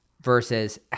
Versus